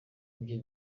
ibyo